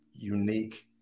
unique